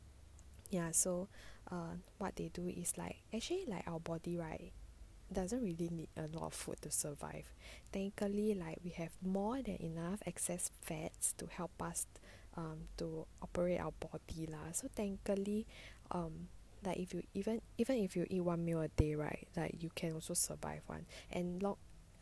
ya so err what they do is like actually like our body right it doesn't really need a lot of food to survive technically like we have more than enough excess fats to help us um to operate our body lah so technically um like even even if you eat one meal a day right like you can also survive one and lock